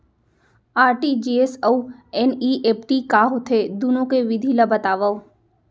RTGS अऊ NEFT का होथे, दुनो के विधि ला बतावव